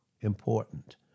important